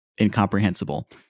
incomprehensible